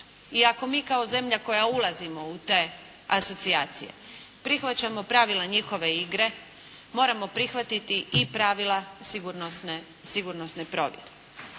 i ako mi kao zemlja koja ulazimo u te asocijacije prihvaćamo pravila njihove igre, moramo prihvatiti i pravila sigurnosne provjere.